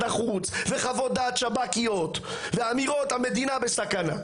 החוץ וחוות דעת שב"כיות ואמירות המדינה בסכנה.